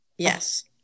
Yes